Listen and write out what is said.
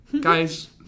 Guys